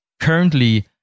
currently